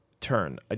turn